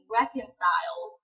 reconcile